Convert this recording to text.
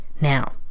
Now